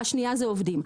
הסיבה השנייה היא העובדים,